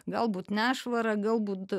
galbūt nešvarą galbūt